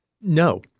No